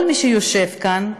כל מי שיושב כאן,